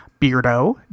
Beardo